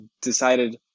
decided